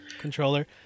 controller